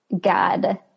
God